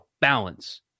balance